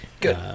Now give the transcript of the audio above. Good